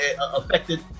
affected